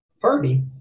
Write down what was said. party